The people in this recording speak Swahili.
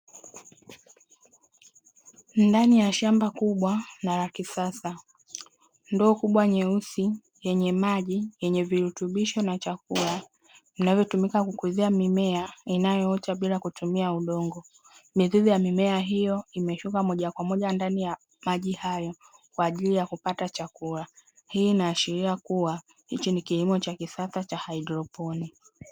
Ndani ya shamba kubwa na la kisasa ndoo kubwa nyeusi yenye maji yenye virutubisho na chakula inayotumika kukuzia mimea inayoota bila kutumia udongo. Mizizi ya mimea hiyo imeshuka moja kwa moja ndani ya maji hayo kwa ajili ya kupata chakula, hii inaashiria kuwa hichi ni kilimo cha kisasa cha haidroponi.